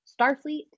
Starfleet